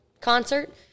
concert